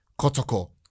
Kotoko